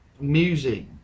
music